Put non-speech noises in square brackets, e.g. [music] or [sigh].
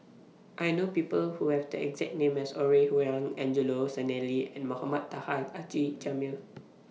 I know People Who Have The exact name as Ore Huiying Angelo Sanelli and Mohamed Taha Haji Jamil [noise]